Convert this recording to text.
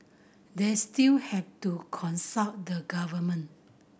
they still have to consult the government